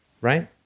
Right